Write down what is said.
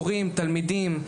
מורים ותלמידים.